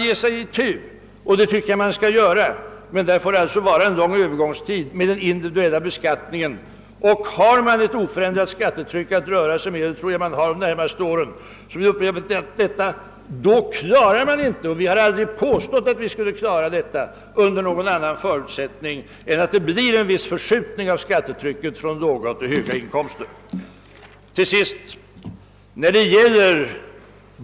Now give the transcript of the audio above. Och vi vill också efter en övergångstid av tillräcklig längd genomföra den individuella beskattningen. Om man då har ett oförändrat skattetryck att röra sig med, vilket jag tror är fallet under de närmaste åren, då klarar man inte — vilket vi heller aldrig har påstått att vi skall göra — detta under någon annan förutsättning än att det blir en viss förskjutning av skattetrycket från låga till höga inkomster. Till sist, herr finansminister!